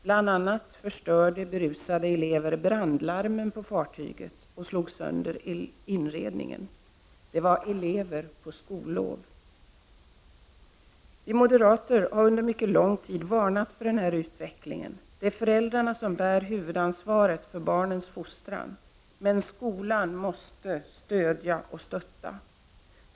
Bl.a. förstörde berusade elever brandlarmen på fartyget och slog sönder inredning. Vi moderater har under mycket lång tid varnat för den här utvecklingen. Det är föräldrarna som bär huvudansvaret för barnens fostran, men skolan skall stödja och stötta.